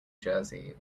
jersey